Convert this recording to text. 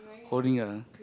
holding a